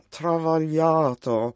travagliato